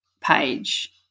page